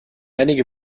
einige